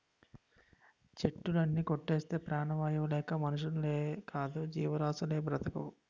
చెట్టులుని కొట్టేస్తే ప్రాణవాయువు లేక మనుషులేకాదు జీవరాసులేవీ బ్రతకవు